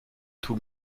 tout